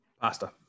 Pasta